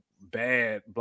bad